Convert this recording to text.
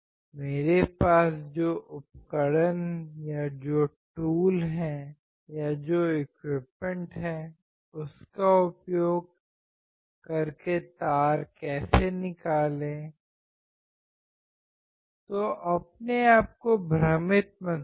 मेरे पास जो उपकरण है या जो टूल है या जो एक्विपमेंट है उसका उपयोग करके तार कैसे निकालें तो अपने आप को भ्रमित मत करो